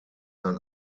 sein